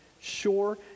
sure